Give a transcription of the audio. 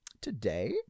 today